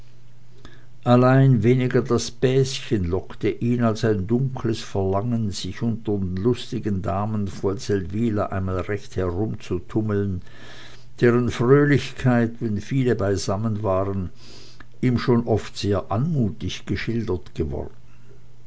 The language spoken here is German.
allein weniger das bäschen lockte ihn als ein dunkles verlangen sich unter den lustigen damen von seldwyl einmal recht herumzutummeln deren fröhlichkeit wenn viele beisammen waren ihm schon oft sehr anmutig geschildert worden